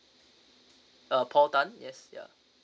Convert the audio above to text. uh paul tan yes ya